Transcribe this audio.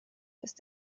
ist